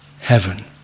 heaven